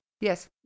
Yes